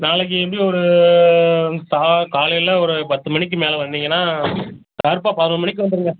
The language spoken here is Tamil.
நாளைக்கு எப்டியும் ஒரு தா காலையில் ஒரு பத்து மணிக்கு மேல வந்தீங்கன்னா ஷார்ப்பா பதினொரு மணிக்கு வந்துருங்கள்